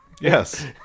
Yes